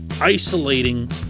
isolating